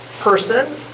person